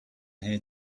here